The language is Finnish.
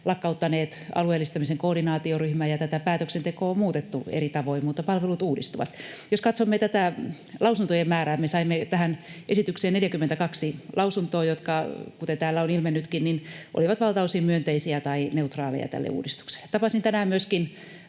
lakkauttaneet alueellistamisen koordinaatioryhmän, ja tätä päätöksentekoa on muutettu eri tavoin, mutta palvelut uudistuvat. Jos katsomme tätä lausuntojen määrää, me saimme tähän esitykseen 42 lausuntoa, jotka olivat valtaosin myönteisiä tai neutraaleja tälle uudistukselle, kuten täällä on